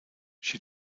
she